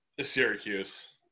Syracuse